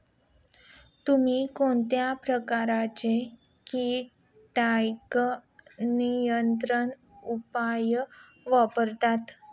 तुम्ही कोणत्या प्रकारचे कीटक नियंत्रण उपाय वापरता?